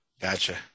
Gotcha